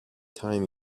time